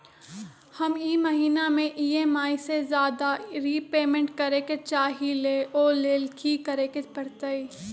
हम ई महिना में ई.एम.आई से ज्यादा रीपेमेंट करे के चाहईले ओ लेल की करे के परतई?